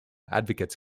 advocates